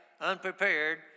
unprepared